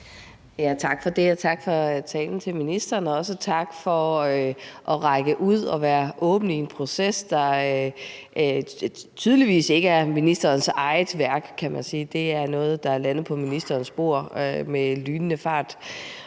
Tak for det, og tak for talen til ministeren, og også tak for at række ud og være åben i en proces, der tydeligvis ikke er ministerens eget værk. Det er noget, der er landet på ministerens bord med lynende fart,